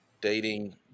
dating